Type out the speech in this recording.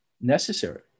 necessary